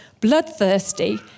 bloodthirsty